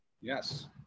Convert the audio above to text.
Yes